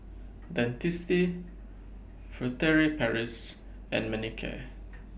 Dentiste Furtere Paris and Manicare